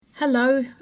Hello